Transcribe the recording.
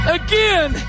again